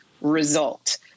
result